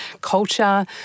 culture